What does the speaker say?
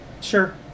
Sure